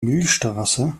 milchstraße